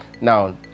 Now